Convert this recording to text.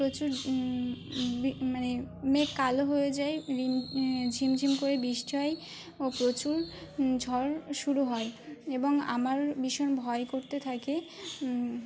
প্রচুর মানে মেঘ কালো হয়ে যায় ঝিম ঝিম করে বষ্টিয় ও প্রচুর ঝড় শুরু হয় এবং আমার ভীষণ ভয় করতে থাকে